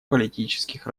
политических